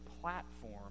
platform